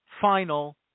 final